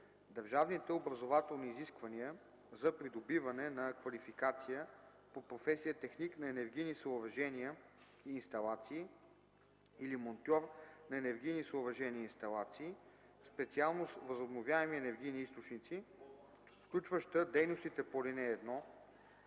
Държавните образователни изисквания за придобиване на квалификация по професия „Техник на енергийни съоръжения и инсталации” или „Монтьор на енергийни съоръжения и инсталации”, специалност „Възобновяеми енергийни източници”, включваща дейностите по ал. 1,